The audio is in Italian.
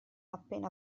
appena